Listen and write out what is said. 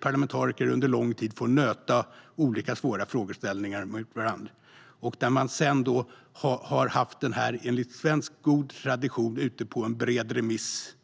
parlamentariker under lång tid fått nöta olika svåra frågeställningar mot varandra. Sedan har man, enligt god svensk tradition, haft denna ute på en bred remiss.